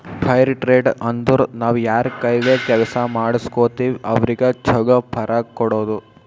fire trade ಅಂದುರ್ ನಾವ್ ಯಾರ್ ಕೈಲೆ ಕೆಲ್ಸಾ ಮಾಡುಸ್ಗೋತಿವ್ ಅವ್ರಿಗ ಛಲೋ ಪಗಾರ್ ಕೊಡೋದು